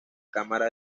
cámara